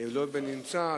לא נמצא.